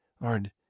lord